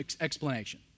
explanation